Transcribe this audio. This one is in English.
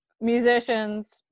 musicians